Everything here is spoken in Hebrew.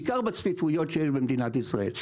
בעיקר בצפיפות שיש במדינת ישראל.